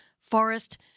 Forest